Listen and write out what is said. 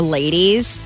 ladies